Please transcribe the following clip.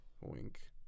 Wink